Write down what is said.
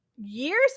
years